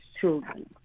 children